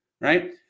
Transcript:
right